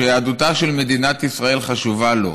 יהדותה של מדינת ישראל חשובה לו,